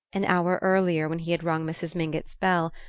an hour earlier, when he had rung mrs. mingott's bell,